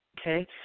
Okay